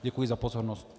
Děkuji za pozornost.